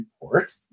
report